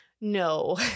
No